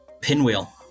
Pinwheel